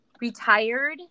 retired